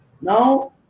Now